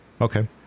okay